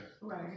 Right